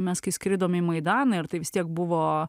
mes kai skridome į maidaną ir tai vis tiek buvo